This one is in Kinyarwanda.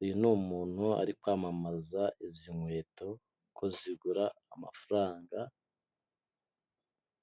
Uyu ni umuntu uri kwamamaza izi nkweto ko zigura amafaranga